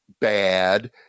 bad